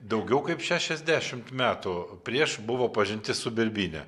daugiau kaip šešiasdešimt metų prieš buvo pažintis su birbyne